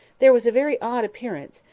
there was a very odd appearance,